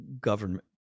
government